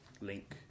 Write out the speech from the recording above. link